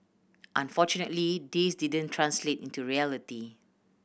unfortunately this didn't translate into reality